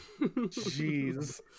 Jeez